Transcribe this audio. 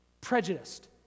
prejudiced